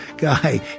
Guy